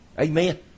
Amen